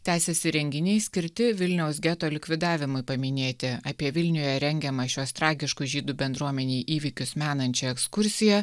tęsiasi renginiai skirti vilniaus geto likvidavimui paminėti apie vilniuje rengiamą šiuos tragiškus žydų bendruomenei įvykius menančią ekskursiją